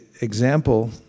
example